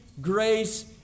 grace